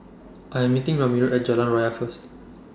I Am meeting Ramiro At Jalan Raya First